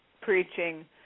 preaching